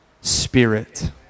spirit